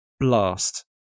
blast